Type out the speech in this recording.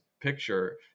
picture